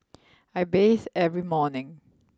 I bathe every morning